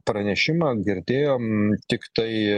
pranešimą girdėjom tiktai